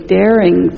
daring